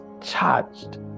charged